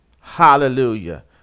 Hallelujah